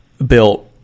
Built